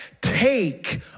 take